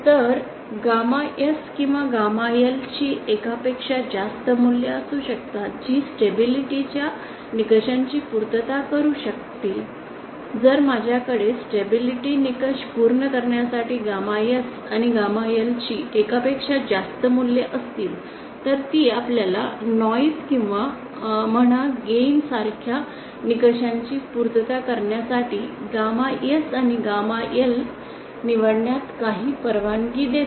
तर gamma S किंवा gamma L ची एकापेक्षा जास्त मूल्ये असू शकतात जी स्टॅबिलिटी च्या निकषांची पूर्तता करू शकतील जर माझ्याकडे स्टॅबिलिटी निकष पूर्ण करण्यासाठी गॅमा S आणि गॅमा L ची एकापेक्षा जास्त मूल्ये असतील तर ती आपल्याला नॉईस किंवा म्हणा गेन सारख्या निकषांची पूर्तता करण्यासाठी गॅमा S आणि गॅमा L निवडण्यात काही परवानगी देते